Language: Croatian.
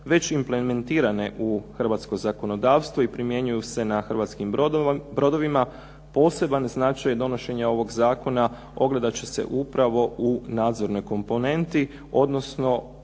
već implementirane u hrvatsko zakonodavstvo i primjenjuju se na hrvatskim brodovima, poseban značaj donošenja ovog zakona ogledat će se upravo u nadzornoj komponenti, odnosno